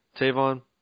Tavon